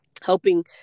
helping